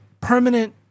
permanent